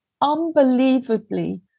unbelievably